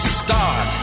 start